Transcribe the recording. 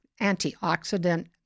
antioxidant